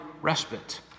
respite